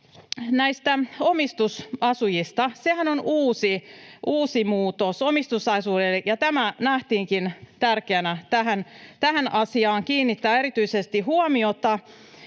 näistä omistusasujista. Sehän on uusi muutos, omistusasuminen, ja nähtiinkin tärkeänä kiinnittää tähän asiaan erityisesti huomiota,